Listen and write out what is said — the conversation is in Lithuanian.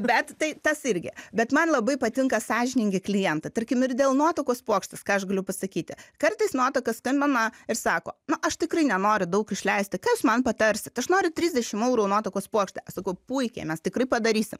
bet tai tas irgi bet man labai patinka sąžiningi klientai tarkim ir dėl nuotakos puokštės ką aš galiu pasakyti kartais nuotaka skambina ir sako na aš tikrai nenoriu daug išleisti ką jūs man patarsit aš noriu trisdešim eurų nuotakos puokštę sakau puikiai mes tikrai padarysim